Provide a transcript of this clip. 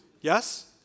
yes